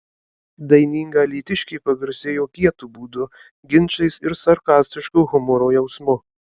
daininga alytiškė pagarsėjo kietu būdu ginčais ir sarkastišku humoro jausmu